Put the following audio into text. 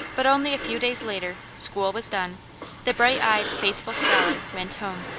but only a few days later school was done the brig ht-eyed, faithful scholar went home.